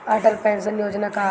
Atal pension योजना का होला?